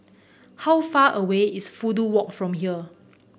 how far away is Fudu Walk from here